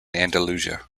andalusia